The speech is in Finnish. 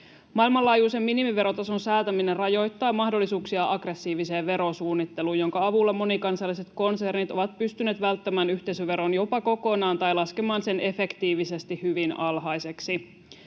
Maailmanlaajuisen minimiverotason säätäminen rajoittaa mahdollisuuksia aggressiiviseen verosuunnitteluun, jonka avulla monikansalliset konsernit ovat pystyneet välttämään yhteisöveron jopa kokonaan tai laskemaan sen efektiivisesti hyvin alhaiseksi.